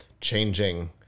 changing